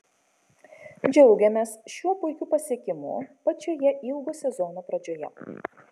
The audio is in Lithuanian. džiaugiamės šiuo puikiu pasiekimu pačioje ilgo sezono pradžioje